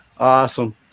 Awesome